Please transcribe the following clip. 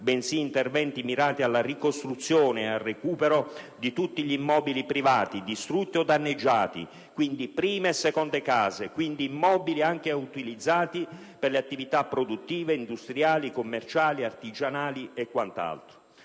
bensì a interventi mirati alla ricostruzione e al recupero di tutti gli immobili privati distrutti o danneggiati, quindi prime e seconde case, quindi anche immobili utilizzati per le attività produttive, industriali, commerciali, artigianali e quant'altro.